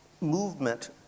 movement